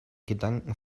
gedanken